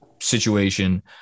situation